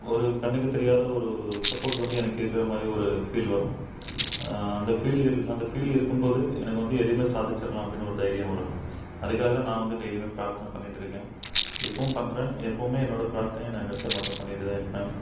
ஒரு கண்ணுக்குத் தெரியாத ஒரு சப்போர்ட் வந்து எனக்கு இருக்கிற மாதிரி ஒரு ஃபீல் வரும் அந்த ஃபீல் அந்த ஃபீல் இருக்கும்போது எனக்கு வந்து எதையுமே சாதிச்சிடலாம் அப்படின்னு ஒரு தைரியம் வரும் அதுக்காகதான் நான் வந்து டெய்லியுமே பிரார்த்தனை பண்ணிகிட்டு இருக்கேன் இப்பவும் பண்ணுறேன் எப்பவுமே என்னோடய பிரார்த்தனையை நான் நிறுத்தமாட்டேன் பண்ணிகிட்டுதான் இருப்பேன்